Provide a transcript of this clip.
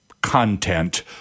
content